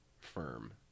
firm